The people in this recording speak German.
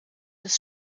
des